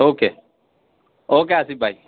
okay okay Asif بھائی